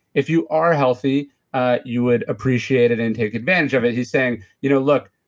if you are healthy you would appreciate it and take advantage of it. he's saying, you know look.